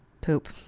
poop